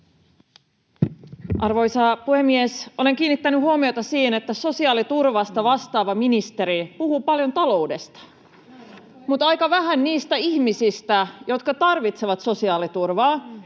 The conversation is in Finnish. Arvoisa puhemies! Olen kiinnittänyt huomiota siihen, että sosiaaliturvasta vastaava ministeri puhuu paljon taloudesta, mutta aika vähän niistä ihmisistä, jotka tarvitsevat sosiaaliturvaa,